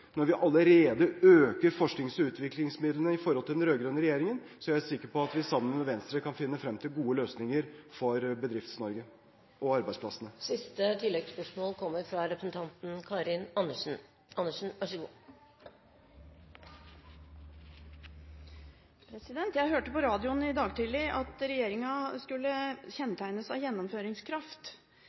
Når vi allerede øker forsknings- og utviklingsmidlene i forhold til den rød-grønne regjeringen, er jeg sikker på at vi sammen med Venstre vil finne frem til gode løsninger for Bedrifts-Norge og arbeidsplassene. Karin Andersen – til siste oppfølgingsspørsmål. Jeg hørte på radioen i dag tidlig at regjeringen skulle kjennetegnes av gjennomføringskraft.